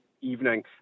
evening